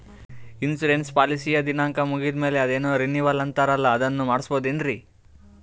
Insurance ಪಾಲಿಸಿಯ ದಿನಾಂಕ ಮುಗಿದ ಮೇಲೆ ಅದೇನೋ ರಿನೀವಲ್ ಅಂತಾರಲ್ಲ ಅದನ್ನು ಮಾಡಿಸಬಹುದೇನ್ರಿ?